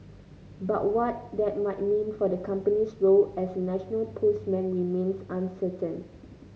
but what that might mean for the company's role as a national postman remains uncertain